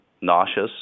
nauseous